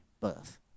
birth